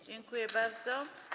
Dziękuję bardzo.